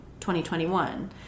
2021